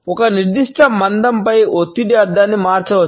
ఒక నిర్దిష్ట పదంపై ఒత్తిడి అర్థాన్ని మార్చవచ్చు